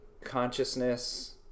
consciousness